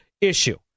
issue